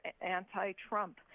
anti-Trump